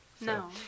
No